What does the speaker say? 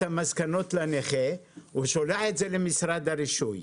המסקנות לנכה אלא שולח את זה למשרד הרישוי.